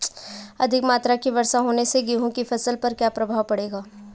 अधिक मात्रा की वर्षा होने से गेहूँ की फसल पर क्या प्रभाव पड़ेगा?